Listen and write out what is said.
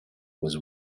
was